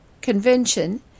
Convention